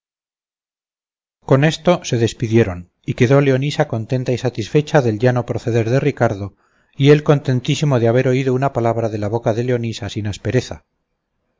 con esto se despidieron y quedó leonisa contenta y satisfecha del llano proceder de ricardo y él contentísimo de haber oído una palabra de la boca de leonisa sin aspereza